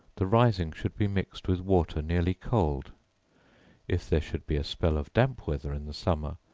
the rising should be mixed with water nearly cold if there should be a spell of damp weather in the summer,